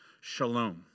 shalom